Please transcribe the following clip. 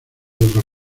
otros